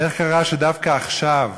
איך קרה שדווקא עכשיו